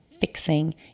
fixing